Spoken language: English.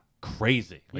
crazy